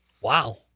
Wow